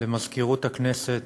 ותודה רבה למזכירות הכנסת